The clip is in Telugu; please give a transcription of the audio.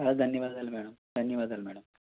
చాలా ధన్యవాదాలు మేడం ధన్యవాదాలు మేడం